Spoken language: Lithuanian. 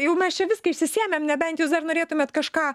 jau mes čia viską išsisėmėm nebent jūs dar norėtumėt kažką